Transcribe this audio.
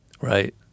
Right